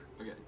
Okay